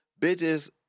bitches